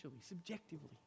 subjectively